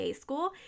school